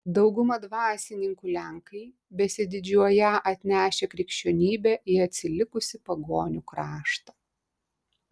dauguma dvasininkų lenkai besididžiuoją atnešę krikščionybę į atsilikusį pagonių kraštą